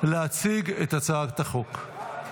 להציג את הצעת החוק.